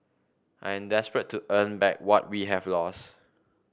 I am desperate to earn back what we have lost